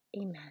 Amen